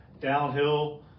downhill